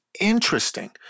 interesting